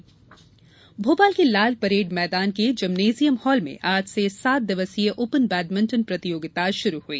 badminton Bhopal के Lal parade मैदान के जिम्नेजियम हॉल में आज से सात दिवसीय ओपन बैडमिंटन प्रतियोगिता शुरू हई